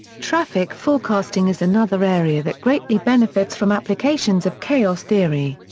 traffic forecasting is another area that greatly benefits from applications of chaos theory.